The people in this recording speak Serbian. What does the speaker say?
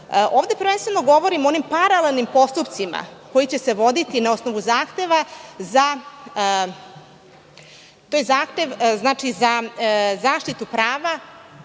Ovde prvenstveno govorim o onim paralelnim postupcima koji će se voditi na osnovu zahteva za zaštitu prava